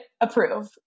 approve